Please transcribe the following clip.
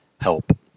help